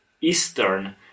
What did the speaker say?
Eastern